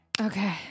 Okay